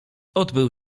odbył